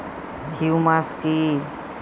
Humus কি?